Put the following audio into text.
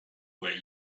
way